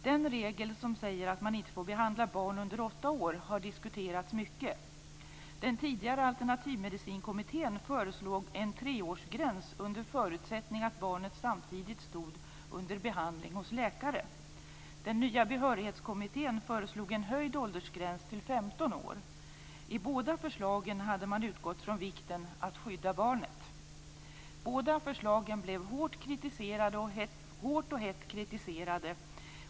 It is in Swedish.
Den regel som säger att man inte får behandla barn under åtta år har diskuterats mycket. Den tidigare alternativmedicinkommittén föreslog en treårsgräns under förutsättning att barnet samtidigt stod under behandling hos läkare. Den nya behörighetskommittén föreslog en höjd åldersgräns till 15 år. I båda förslagen hade man utgått från vikten av att skydda barnet. Båda förslagen blev hårt och hett kritiserade.